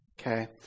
Okay